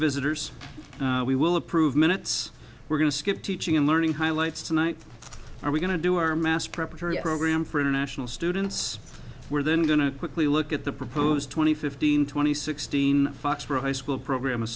visitors we will approve minutes we're going to skip teaching and learning highlights tonight are we going to do or a mass preparatory program for international students were then going to quickly look at the proposed twenty fifteen twenty sixteen bucks for a high school program of